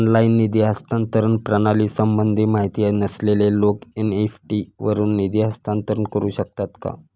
Online निधी हस्तांतरण प्रणालीसंबंधी माहिती नसलेले लोक एन.इ.एफ.टी वरून निधी हस्तांतरण करू शकतात का?